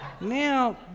Now